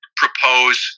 propose